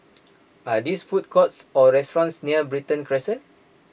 are these food courts or restaurants near Brighton Crescent